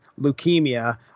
leukemia